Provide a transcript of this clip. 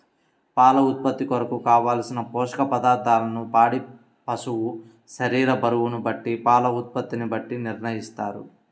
పాల ఉత్పత్తి కొరకు, కావలసిన పోషక పదార్ధములను పాడి పశువు శరీర బరువును బట్టి పాల ఉత్పత్తిని బట్టి నిర్ణయిస్తారా?